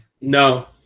No